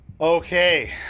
Okay